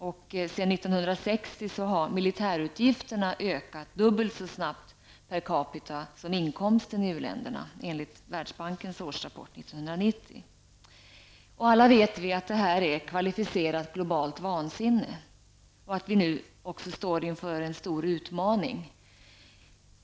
Sedan 1960 har militärutgifterna ökat dubbelt så snabbt per capita som inkomsten i u-länderna enligt Alla vet vi att detta är kvalificerat globalt vansinne och att vi nu står inför en stor utmaning.